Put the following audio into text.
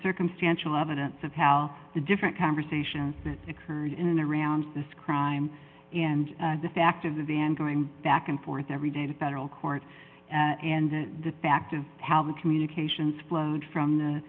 circumstantial evidence of how the different conversations that it's heard in and around this crime and the fact of the van going back and forth every day to federal court and the fact of how the communications flowed from th